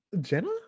Jenna